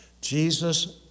Jesus